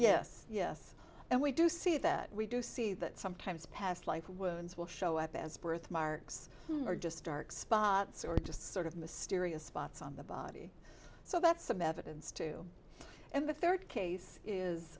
yes yes and we do see that we do see that sometimes past life wounds will show up as birth marks or just dark spots or just sort of mysterious spots on the body so that's some evidence too and the third case is